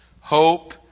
Hope